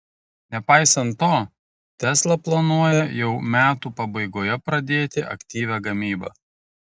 nepaisant to tesla planuoja jau metų pabaigoje pradėti aktyvią gamybą